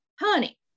Honey